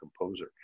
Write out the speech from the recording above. composer